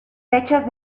fechas